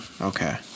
Okay